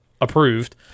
approved